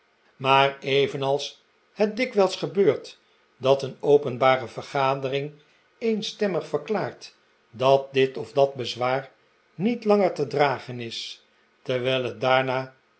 maar evenals het dikwijls gebeurt dat een openbare vergadering eenstemmig verkla art dat dit of dat bezwaar niet langer te dragen is terwijl het daarna